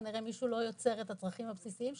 כנראה מישהו לא יוצר את הצרכים הבסיסיים שלו,